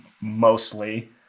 mostly